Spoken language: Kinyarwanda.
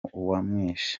uwamwishe